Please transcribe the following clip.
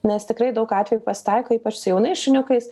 nes tikrai daug atvejų pasitaiko ypač su jaunais šuniukais